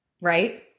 Right